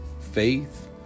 faith